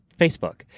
Facebook